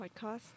podcast